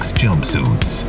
jumpsuits